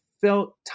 felt